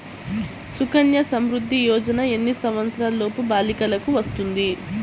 సుకన్య సంవృధ్ది యోజన ఎన్ని సంవత్సరంలోపు బాలికలకు వస్తుంది?